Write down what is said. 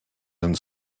and